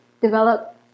develop